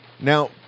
Now